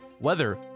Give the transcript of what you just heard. weather